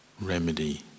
remedy